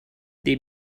they